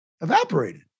evaporated